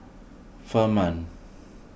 Firman